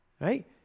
right